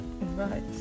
Right